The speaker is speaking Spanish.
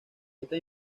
estas